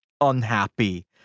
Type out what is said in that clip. unhappy